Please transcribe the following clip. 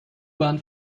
bahn